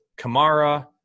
Kamara